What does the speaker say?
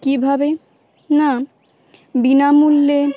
কিভাবে না বিনামূল্যে